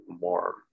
more